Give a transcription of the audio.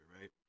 right